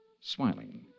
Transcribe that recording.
smiling